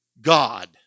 God